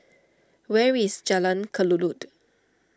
where is Jalan Kelulut